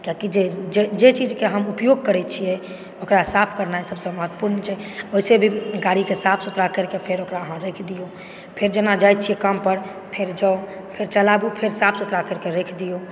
कियाकि जे जे चीज़ के हम उपयोग करै छियै ओकरा साफ़ करनाइ सबसे महत्वपूर्ण छै वैसे भी गाड़ी के साफ़ सुथरा करि के फेर ओकरा अहाँ राखि दियौ फेर जेना जाइ छियै काम पर फेर जाउ फेर चलाबू फेर साफ़ सुथरा करिके राखि दियौ